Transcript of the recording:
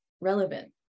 relevant